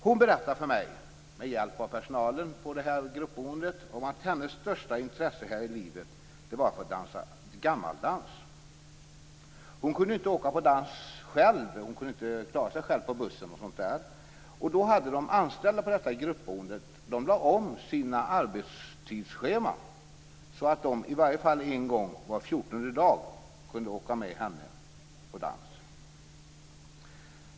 Hon berättade för mig, med hjälp av personalen på gruppboendet, att hennes största intresse i livet var att få dansa gammaldans. Hon kunde inte åka på dans själv, hon klarade sig inte själv på bussen, därför lade de anställda på gruppboendet om sina arbetstidsscheman så att de i varje fall en gång var fjortonde dag kunde åka med henne på dans.